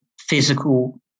physical